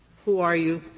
who are you?